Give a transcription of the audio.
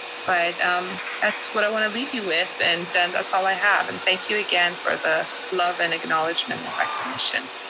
but that's what i want to leave you with. and and that's all i have. and thank you again for the love and acknowledgement, recognition.